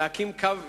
להקים קו כזה,